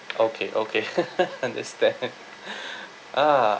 okay okay understand ah